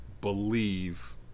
believe